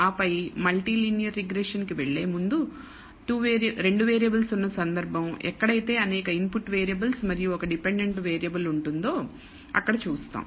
ఆపై multi linear regression కి వెళ్లేముందు 2 వేరియబుల్స్ ఉన్న సందర్భం ఎక్కడైతే అనేక ఇన్పుట్ వేరియబుల్స్ మరియు ఒక డిపెండెంట్ వేరియబుల్ ఉంటుందో అక్కడ చూస్తాం